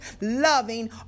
loving